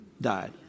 died